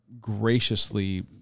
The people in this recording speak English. graciously